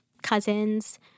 Cousins